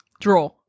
Draw